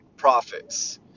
profits